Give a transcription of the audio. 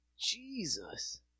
jesus